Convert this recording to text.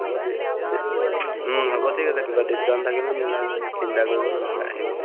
হ'ব দি দি হ'ব ঠিক আছে কিবা ডিছকাউণ্ট থাকিলে মিলাই নিম আ চিন্তা কৰিব নালাগে আহিব